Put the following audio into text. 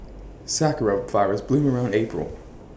Sakura Flowers bloom around April